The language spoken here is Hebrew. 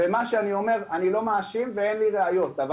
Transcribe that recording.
ומה שאני אומר הוא שאני לא מאשים ואין לי ראיות אבל